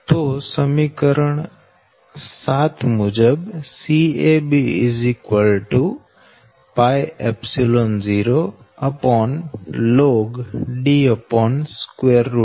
હવે અહી સમીકરણ 7 મુજબ CAB0ln Fm 3